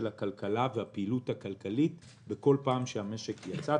הכלכלה והפעילות הכלכלית בכל פעם שהמשק יצא.